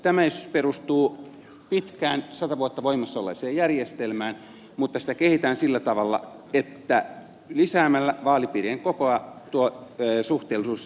tämä esitys perustuu pitkään sata vuotta voimassa olleeseen järjestelmään mutta sitä kehitetään sillä tavalla että lisäämällä vaaripiirien kokoa tuo suhteellisuus selkeästi paranee